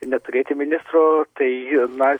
neturėti ministro tai na